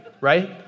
right